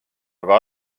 aga